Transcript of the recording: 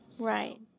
Right